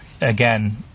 again